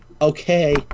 okay